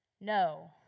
No